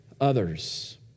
others